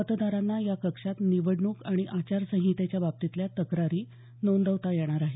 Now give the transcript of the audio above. मतदारांना या कक्षात निवडणूक आणि आचारसंहितेच्या बाबतीतल्या तक्रारी नोंदवता येणार आहेत